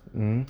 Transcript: hmm